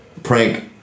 prank